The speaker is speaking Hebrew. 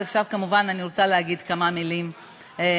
ועכשיו אני רוצה כמובן לומר כמה מילים משלי.